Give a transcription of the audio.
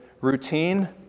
routine